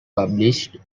published